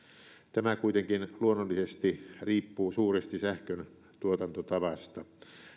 tämä kuitenkin luonnollisesti riippuu suuresti sähkön tuotantotavasta